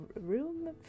room